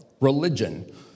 religion